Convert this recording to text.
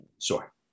Sure